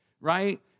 right